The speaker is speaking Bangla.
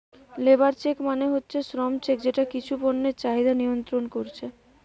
লেবার চেক মানে হচ্ছে শ্রম চেক যেটা কিছু পণ্যের চাহিদা নিয়ন্ত্রণ কোরছে